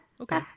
Okay